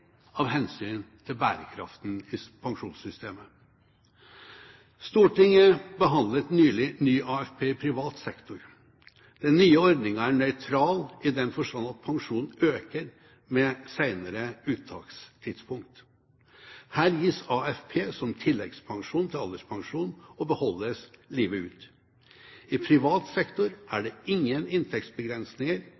av hensyn til bærekraften i pensjonssystemet. Stortinget behandlet nylig ny AFP i privat sektor. Den nye ordninga er nøytral, i den forstand at pensjonen øker med senere uttakstidspunkt. Her gis AFP som tilleggspensjon til alderspensjon, og beholdes livet ut. I privat sektor er